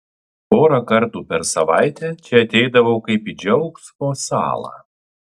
porą kartų per savaitę čia ateidavau kaip į džiaugsmo salą